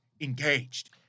engaged